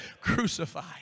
Crucified